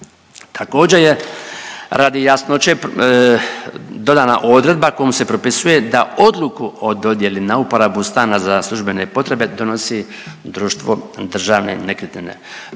Također je radi jasnoće dodana odredba kojom se propisuje da odluku o dodjeli na uporabu stana za službene potrebe donosi društvo Državne nekretnine.